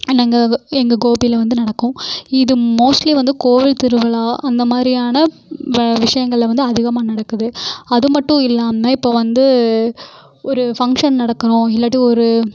an அங்கே எங்கள் கோபியில் வந்து நடக்கும் இது மோஸ்ட்லி வந்து கோவில் திருவிழா அந்த மாதிரியான வ விஷயங்கள்ல வந்து அதிகமாக நடக்குது அது மட்டும் இல்லாமல் இப்போ வந்து ஒரு ஃபங்ஷன் நடக்கணும் இல்லாட்டி ஒரு